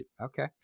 okay